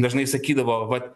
dažnai sakydavo vat